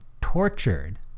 tortured